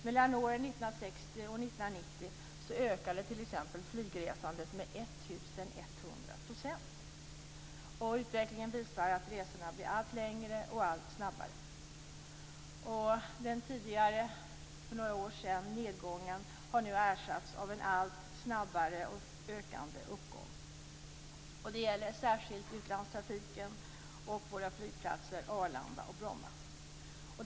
Mellan åren 1960 och 1990 ökade t.ex. flygresandet med 1 100 %. Utvecklingen visar att resorna blir allt längre och allt snabbare. Nedgången för några år sedan har nu ersatts av en allt snabbare och ökande uppgång. Det gäller särskilt utlandstrafiken och våra flygplatser Arlanda och Bromma.